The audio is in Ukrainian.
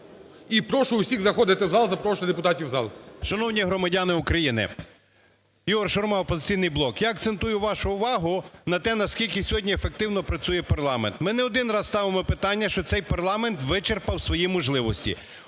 І прошу усіх заходити в зал, запрошую депутатів в зал. 10:49:04 ШУРМА І.М. Шановні громадяни України! Ігор Шурма, "Опозиційний блок". Я акцентую вашу увагу на те, наскільки сьогодні ефективно працює парламент. Ми не один ставимо питання, що цей парламент вичерпав свої можливості,